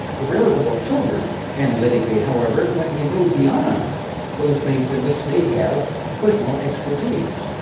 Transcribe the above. veritable children analytically, however, when we move beyond those things in which they have personal expertise.